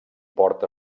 port